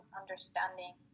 understanding